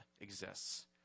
exists